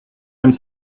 comme